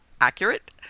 accurate